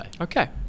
Okay